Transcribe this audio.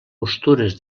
postures